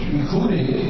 including